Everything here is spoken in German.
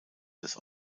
des